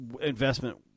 investment